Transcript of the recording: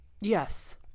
Yes